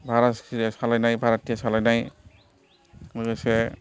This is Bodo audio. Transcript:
भारासखिया सालायनाय भाराथिया सालायनाय लोगोसे